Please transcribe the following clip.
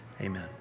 Amen